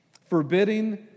forbidding